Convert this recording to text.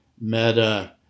Meta